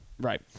Right